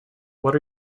what